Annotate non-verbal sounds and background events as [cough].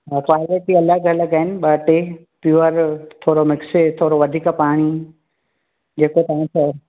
[unintelligible] अलॻि अलॻ आहिनि ॿ टे प्योर थोरो मिक्स थोरो वधीक पाणी जेको तव्हां चओ